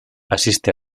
asiste